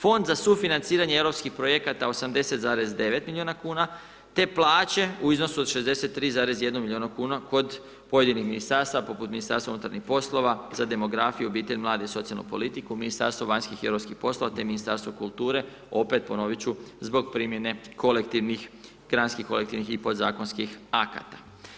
Fond za sufinanciranje europskih projekta 80,9 milijuna kn, te plaće u iznosu od 63,1 milijuna kn, kod pojedinih ministarstva, poput Ministarstva unutarnjih poslova, za demografije, obitelj, mlade i socijalnu politiku, Ministarstvo vanjskih i europskih poslova, te Ministarstvo kulture, opet ponoviti ću zbog primjene kolektivnih, … kolektivnih i podzakonskih akata.